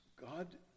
God